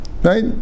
right